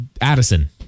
Addison